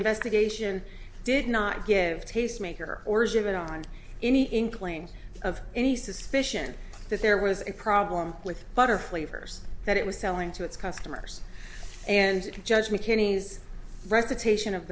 investigation did not give tastemaker origin on any inkling of any suspicion that there was a problem with butter flavors that it was selling to its customers and judge mckinney's recitation of